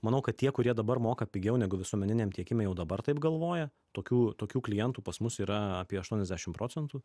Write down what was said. manau kad tie kurie dabar moka pigiau negu visuomeniniam tiekime jau dabar taip galvoja tokių tokių klientų pas mus yra apie aštuoniasdešim procentų